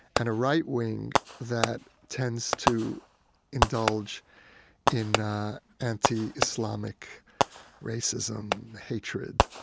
and a right wing that tends to indulge in anti-islamic racism, hatred,